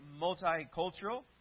multicultural